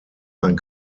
ein